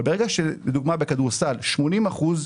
אבל לדוגמה בכדורסל 80%,